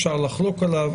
אפשר לחלוק עליו.